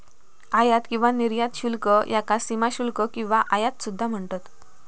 आयात किंवा निर्यात शुल्क याका सीमाशुल्क किंवा आयात सुद्धा म्हणतत